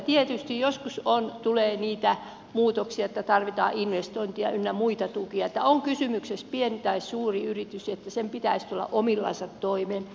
tietysti joskus tulee niitä muutoksia että tarvitaan investointi ynnä muita tukia mutta oli kysymyksessä sitten pieni tai suuri yritys sen pitäisi tulla omillansa toimeen